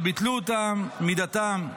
וביטלו אותם מדתם,